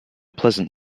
pleasant